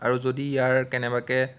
আৰু যদি ইয়াৰ কেনেবাকৈ